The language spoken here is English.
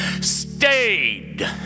Stayed